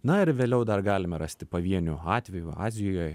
na ir vėliau dar galime rasti pavienių atvejų azijoj